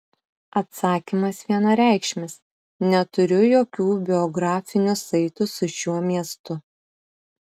atsakymas vienareikšmis neturiu jokių biografinių saitų su šiuo miestu